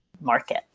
market